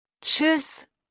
Tschüss